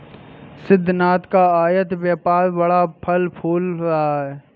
सिद्धिनाथ का आयत व्यापार बड़ा फल फूल रहा है